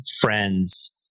friends